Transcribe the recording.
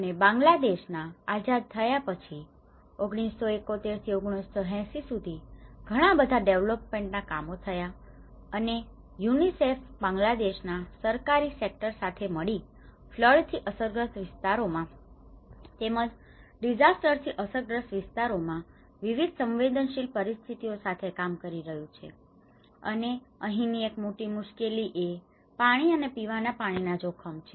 અને બાંગ્લાદેશ ના આઝાદ થયા પછી 1971 થી 1980 સુધી ઘણા બધા ડેવલપમેન્ટ ના કામો થયા અને યુએનઆઈસીઈએફ બાંગ્લાદેશ ના સરકારી સેક્ટર સાથે સાથે મળી ને ફ્લડ થી અસરગ્રસ્ત વિસ્તારો માં તેમજ ડિઝાસ્ટર થી અસરગ્રસ્ત વિસ્તારોમાં વિવિધ સંવેદનશીલ પરિસ્થિતિઓ સાથે કામ કરી રહ્યું છે અને અહીંની એક મોટી મુશ્કેલી એ પાણી અને પીવાના પાણી ના જોખમ છે